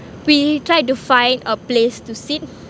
we tried to find a place to sit